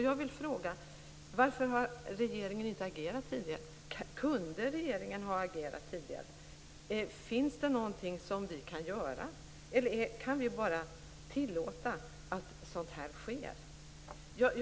Jag vill fråga: Varför har regeringen inte agerat tidigare? Kunde regeringen ha agerat tidigare? Finns det någonting som vi kan göra? Kan vi bara tillåta att sådant här sker?